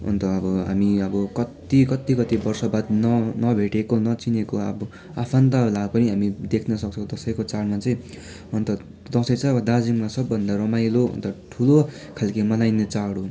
अन्त अब हामी अब कत्ति कत्ति कत्ति वर्ष बाद न नभेटिएको नचिनेको अब आफन्तहरूलाई पनि हामी देख्नसक्छौँ दसैँको चाडमा चाहिँ अन्त दसैँ चाहिँ अब दार्जिलिङमा सबभन्दा रमाइलो अन्त ठुलो खालके मनाइने चाड हुन्